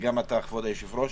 וגם אתה כבוד היושב-ראש,